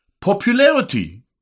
popularity